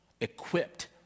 equipped